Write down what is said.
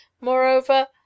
moreover